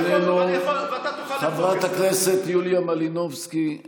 מוסטפא יונס וקורבנות הדיכוי אני עומד דקה של אבל.) בושה וחרפה.